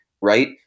right